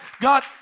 God